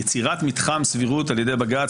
יצירת מתחם סבירות על ידי בג"ץ,